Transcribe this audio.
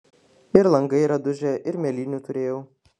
ir langai yra dužę ir mėlynių turėjau